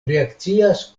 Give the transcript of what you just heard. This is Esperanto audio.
reakcias